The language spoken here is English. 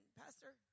pastor